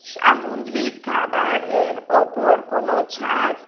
সামুদ্রিক খাবার এর ওপর কোনও ছাড়